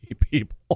people